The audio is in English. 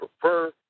prefer